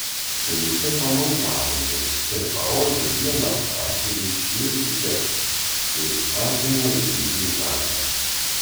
keitė pamojavo jiems ir parodė vieną akį reikšmingu gestu kuris atėmė luizai žadą